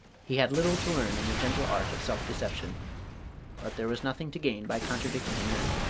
he had little to learn in the gentle art of self-deception but there was nothing to gain by contradicting him then.